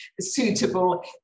suitable